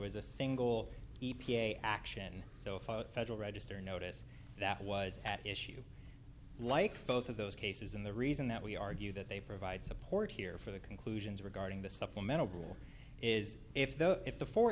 was a single e p a action so far federal register notice that was at issue like both of those cases and the reason that we argue that they provide support here for the conclusions regarding the supplemental bill is if the if the four